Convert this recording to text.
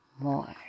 more